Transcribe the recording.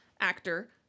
actor